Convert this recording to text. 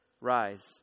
Rise